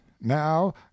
now